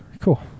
Cool